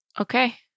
Okay